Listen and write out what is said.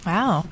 Wow